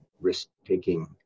risk-taking